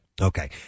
Okay